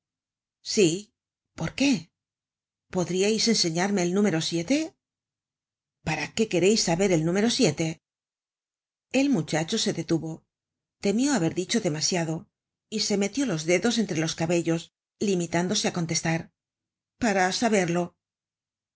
sí por qué podríais enseñarme el número para qué quereis saber el número el muchacho se detuvo temió haber dicho demasiado y se metió los dedos entre los cabellos limitándose á contestar para saberlo